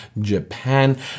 Japan